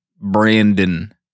Brandon